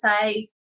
say